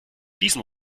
diesen